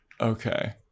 Okay